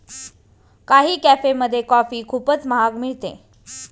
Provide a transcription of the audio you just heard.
काही कॅफेमध्ये कॉफी खूपच महाग मिळते